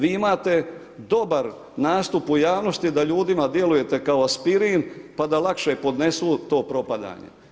Vi imate dobar nastup u javnosti da ljudima djelujete kao aspirin pa da lakše podnesu to propadanje.